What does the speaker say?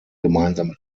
gemeinsame